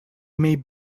may